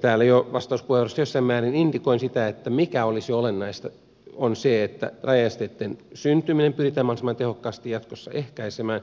täällä jo vastauspuheenvuorossa jossain määrin indikoin sitä mikä olisi olennaista ja se on se että rajaesteitten syntyminen pyritään mahdollisimman tehokkaasti jatkossa ehkäisemään